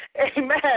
Amen